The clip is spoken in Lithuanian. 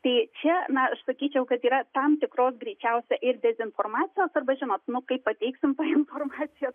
tai čia na aš sakyčiau kad yra tam tikros greičiausia ir dezinformacijos arba žinot nu kaip pateiksim informaciją